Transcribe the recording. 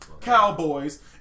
Cowboys